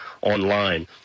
Online